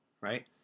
right